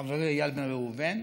חברי איל בן ראובן,